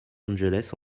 angeles